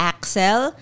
Axel